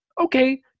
okay